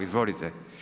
Izvolite.